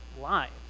lives